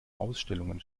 ausstellungen